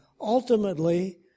ultimately